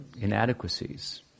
inadequacies